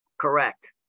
Correct